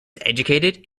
educated